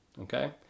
okay